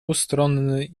ustronny